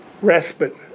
respite